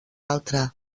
altre